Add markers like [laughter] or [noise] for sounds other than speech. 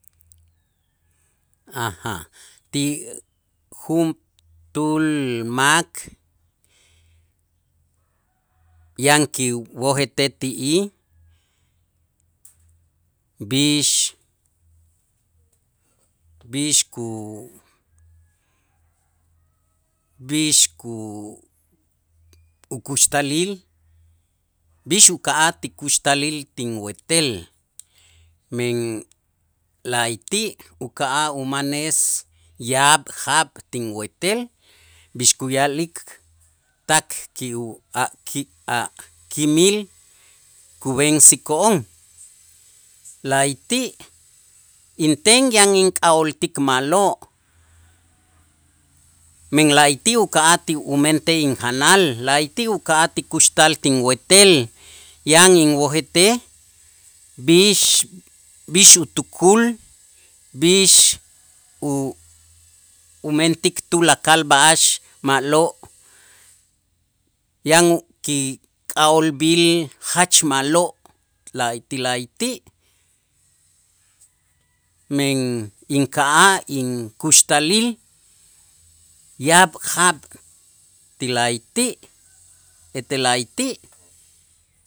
[hesitation] Ti juntuul mak yan kiwojetej ti'ij b'ix b'ix ku b'ix ku ukuxtalil b'ix uka'aj ti kuxtalil tinwetel men la'ayti' uka'aj umanes yaab' jaab' tinwetel, b'ix kuya'lik tak [unintelligible] a' kimil kub'ensiko'on la'ayti' inten yan ink'a'ooltik ma'lo', men la'ayti' uka'aj ti umentej injanal, la'ayti' uka'aj ti kuxtal tinwetel yan inwojetej b'ix b'ix utukul b'ix u- umentik tulakal b'a'ax ma'lo' yan kik'a'oolb'il jach ma'lo' la'ayti' la'ayti', men inka'aj inkuxtalil yaab' jaab' ti la'ayti' etel la'ayti'.